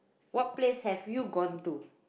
what place have you gone to